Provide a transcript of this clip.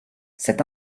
cette